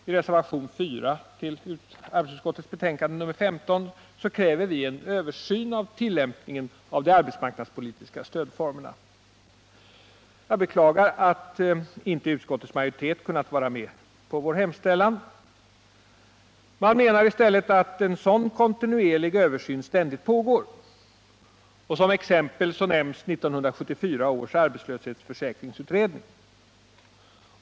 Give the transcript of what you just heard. I reservationen 4 vid arbetsmarknadsutskottets betänkande nr 15 kräver vi en översyn av tillämpningen av de arbetsmarknadspolitiska stödformerna. Jag beklagar att inte utskottets majoritet har kunnat vara med på vår hemställan. Man menar i stället att en sådan kontinuerlig översyn ständigt pågår, och som exempel nämns 1974 års arbetslöshetsförsäkringsutredning.